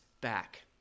back